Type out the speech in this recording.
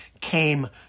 came